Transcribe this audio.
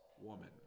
woman